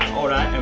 alright, and